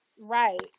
Right